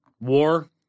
war